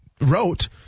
wrote